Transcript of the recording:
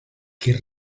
que